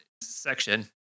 section